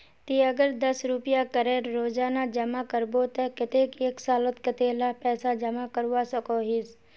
ती अगर दस रुपया करे रोजाना जमा करबो ते कतेक एक सालोत कतेला पैसा जमा करवा सकोहिस?